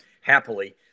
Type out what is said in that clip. happily